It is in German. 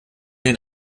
den